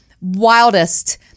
wildest